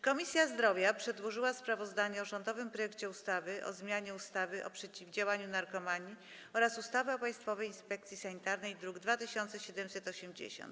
Komisja Zdrowia przedłożyła sprawozdanie o rządowym projekcie ustawy o zmianie ustawy o przeciwdziałaniu narkomanii oraz ustawy o Państwowej Inspekcji Sanitarnej, druk nr 2780.